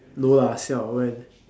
no lah siao when